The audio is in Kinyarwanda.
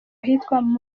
ahitwa